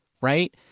right